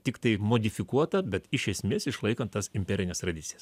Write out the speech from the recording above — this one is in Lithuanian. tiktai modifikuota bet iš esmės išlaikant tas imperines tradicijas